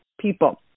people